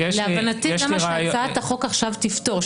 --- להבנתי גם מה שהצעת החוק עכשיו תפתור,